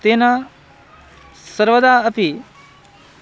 तेन सर्वदा अपि